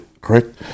correct